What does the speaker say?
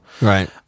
Right